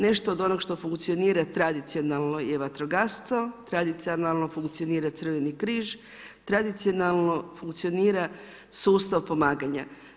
Nešto od onog što funkcionira tradicionalno je vatrogastvo, tradicionalno funkcionira crveni križ, tradicionalno funkcionira sustav pomaganja.